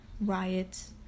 riots